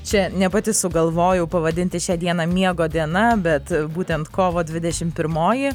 čia ne pati sugalvojau pavadinti šią dieną miego diena bet būtent kovo dvidešim pirmoji